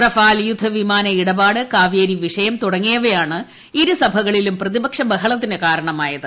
Rafale യുദ്ധവിമാന ഇടപാട് കാവേരി വിഷയം തുടങ്ങിയവയാണ് ഇരുസഭകളിലും പ്രതിപക്ഷ ബഹളത്തിന് കാരണമായത്